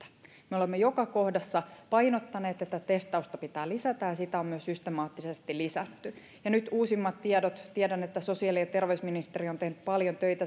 me olemme joka kohdassa painottaneet että testausta pitää lisätä ja sitä on myös systemaattisesti lisätty ja nyt uusimmat tiedot tiedän että sosiaali ja terveysministeriö on tehnyt paljon töitä